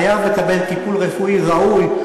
חייב לקבל טיפול רפואי ראוי,